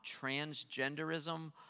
transgenderism